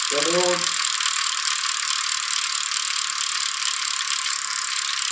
चलो